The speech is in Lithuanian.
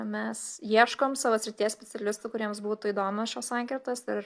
mes ieškom savo srities specialistų kuriems būtų įdomios šios sankirtos ir